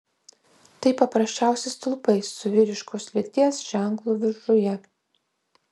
tai paprasčiausi stulpai su vyriškos lyties ženklu viršuje